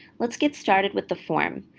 let's get started with the form.